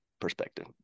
perspective